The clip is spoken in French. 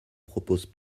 propose